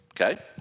okay